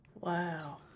Wow